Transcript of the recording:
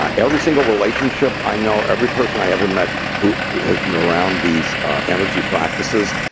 ah every single relationship i know, every person i ever met who has been around these energy practices,